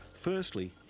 Firstly